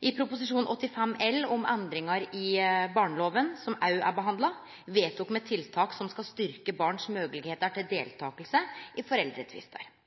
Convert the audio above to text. I tilknyting til Prop. 85 L, om endringar i barnelova, som òg er behandla, vedtok me tiltak som skal styrkje barns moglegheiter til deltaking i